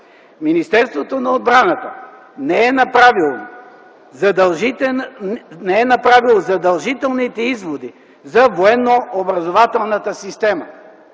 Министерството на отбраната не е направило задължителните изводи за военно-образователната система.